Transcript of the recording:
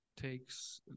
Takes